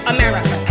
America